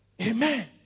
Amen